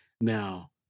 Now